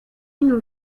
nous